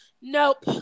Nope